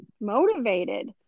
motivated